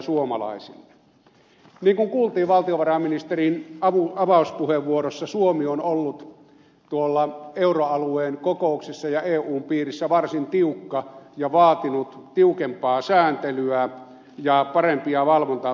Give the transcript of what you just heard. niin kuin kuultiin valtiovarainministerin avauspuheenvuorossa suomi on ollut euroalueen kokouksissa ja eun piirissä varsin tiukka ja vaatinut tiukempaa sääntelyä ja parempia valvontamenetelmiä